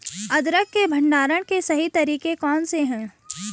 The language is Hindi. अदरक के भंडारण के सही तरीके कौन से हैं?